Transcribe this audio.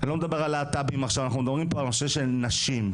אני מכירה אותך כבר כמה שנים,